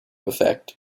effect